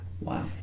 Wow